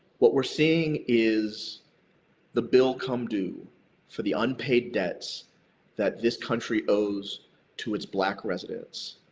what we're seeing is the bill come due for the unpaid debts that this country owes to its black residents.